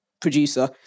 producer